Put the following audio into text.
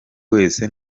wese